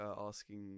asking